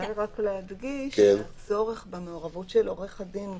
אולי רק להדגיש שהצורך במעורבות של עורך הדין,